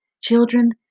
Children